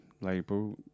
label